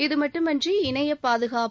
இதுட்டுமின்றி இணைய பாதுகாப்பு